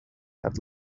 had